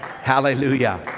Hallelujah